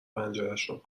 پنجرشون